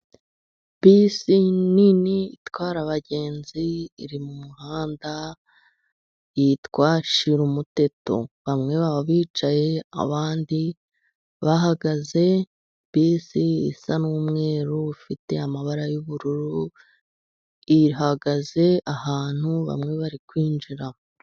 Bisi nini itwara abagenzi, iri mu muhanda yitwa Shirumuteto. Bamwe baba bicaye, abandi bahagaze. Bisi isa n'umweru ufite amabara y'ubururu, ihagaze ahantu bamwe bari kwinjiramo.